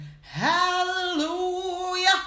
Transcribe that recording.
Hallelujah